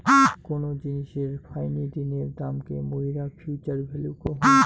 কোন জিনিসের ফাইনি দিনের দামকে মুইরা ফিউচার ভ্যালু কহু